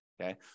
okay